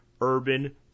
urban